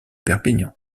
perpignan